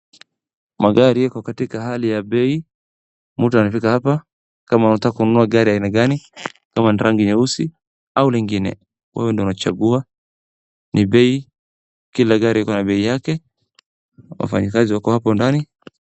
Magari iko katika hali ya bei, mtu anafika hapa, kama unataka kununua gari ya aina gani, kama ni rangi nyeusi, au lingine, wewe ndio unachagua. Ni bei, kila gari iko na bei yake, wafanyikazi wako hapo ndani.